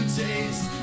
taste